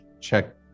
check